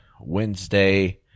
wednesday